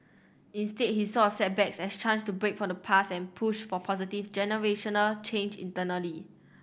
instead he saw setbacks as chance to break from the past and push for positive generational change internally